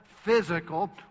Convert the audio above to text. physical